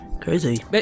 Crazy